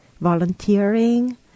volunteering